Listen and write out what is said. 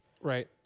right